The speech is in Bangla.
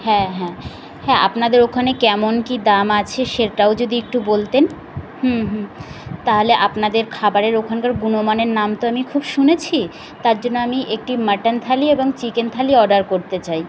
হ্যাঁ হ্যাঁ হ্যাঁ আপনাদের ওখানে কেমন কি দাম আছে সেটাও যদি একটু বলতেন হুম হুম তাহলে আপনাদের খাবারের ওখানকার গুণমানের নাম তো আমি খুব শুনেছি তার জন্য আমি একটি মাটান থালি এবং চিকেন থালি অর্ডার করতে চাই